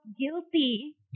guilty